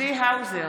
צבי האוזר,